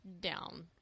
down